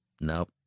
nope